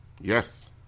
Yes